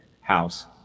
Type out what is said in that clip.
House